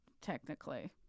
technically